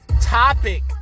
topic